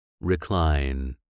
recline